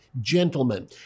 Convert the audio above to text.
gentlemen